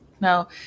Now